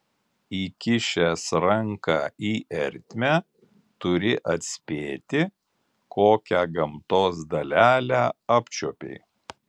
įkišęs ranką į ertmę turi atspėti kokią gamtos dalelę apčiuopei